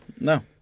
no